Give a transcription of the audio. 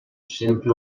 sempre